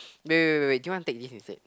wait wait wait wait do you want take this instead